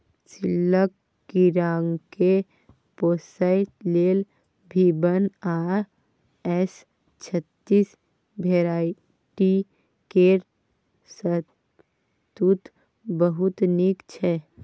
सिल्कक कीराकेँ पोसय लेल भी वन आ एस छत्तीस भेराइटी केर शहतुत बहुत नीक छै